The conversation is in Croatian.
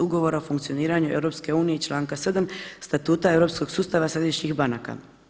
Ugovora o funkcioniranju EU i članka 7. statuta europskog sustava središnjih banka.